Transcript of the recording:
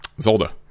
Zolda